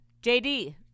JD